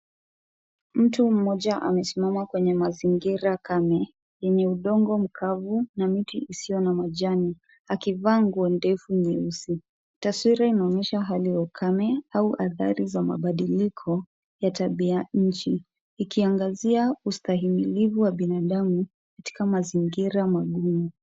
Mtu mmoja amesimama kwenye mazingira kame, yenye udongo mkavu na miti isiyo na majani, akivaa nguo ndefu nyeusi. Taswira inaonyesha hali ya ukame au athari za mabadiliko ya tabia nchi. Ikiangazia ustahimilivu wa binadamu, katika mazingira magumu.